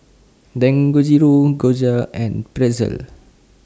Dangojiru Gyoza and Pretzel